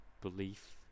belief